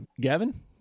Gavin